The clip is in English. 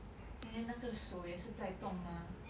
and then 那个手也是在动 mah